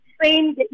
train